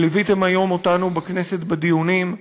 שליוויתם היום אותנו בכנסת בדיונים,